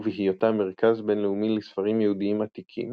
ובהיותה מרכז בינלאומי לספרים יהודיים עתיקים,